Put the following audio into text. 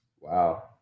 Wow